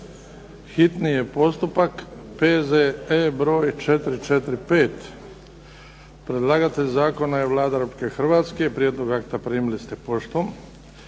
hitni postupak, P.Z.E. br. 445 Predlagatelj zakona je Vlada Republike Hrvatske. Prijedlog akta primili ste poštom.